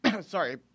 sorry